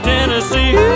Tennessee